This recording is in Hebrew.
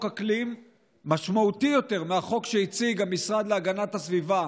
אקלים משמעותי יותר מהחוק שהציג המשרד להגנת הסביבה,